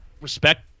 respect